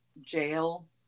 jail